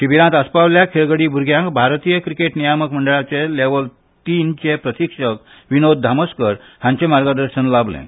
शिबिरांत आस्पाविल्ल्या खेळगडी भुरग्यांक भारतीय क्रिकेट नियामक मंडळाचे लेव्हल तीन चे प्रशिक्षक विनोद धामस्कार हांचें मार्गदर्शन लाबलें